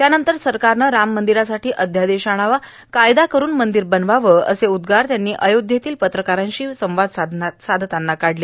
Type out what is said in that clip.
त्यानंतर सरकारनं राम मंदिरासाठी अध्यादेश आणावा कायदा करून मंदिर बनवावं असे उद्गार त्यांनी अयोध्येतल्या पत्रकारांशी संवाद साधताना काढले